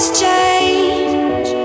change